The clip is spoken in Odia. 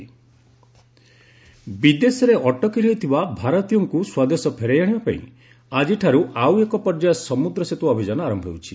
ଆଇଏନ୍ଏସ୍ ଜଲଶ୍ୱ ବିଦେଶରେ ଅଟକି ରହିଥିବା ଭାରତୀୟଙ୍କୁ ସ୍ୱଦେଶ ଫେରାଇ ଆଣିବାପାଇଁ ଆଜିଠାରୁ ଆଉ ଏକ ପର୍ଯ୍ୟାୟ ସମୁଦ୍ର ସେତୁ ଅଭିଯାନ ଆରମ୍ଭ ହେଉଛି